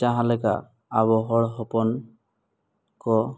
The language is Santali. ᱡᱟᱦᱟᱸᱞᱮᱠᱟ ᱟᱵᱚ ᱦᱚᱲ ᱦᱚᱯᱚᱱ ᱠᱚ